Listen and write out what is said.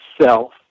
self